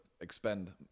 expend